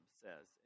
says